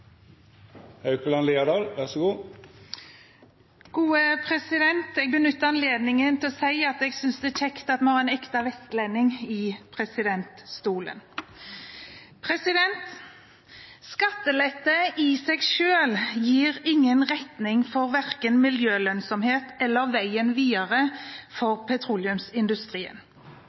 er kjekt at vi har en ekte vestlending i presidentstolen! Skattelette gir i seg selv ingen retning for verken miljølønnsomhet eller veien videre for petroleumsindustrien.